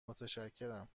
متشکرم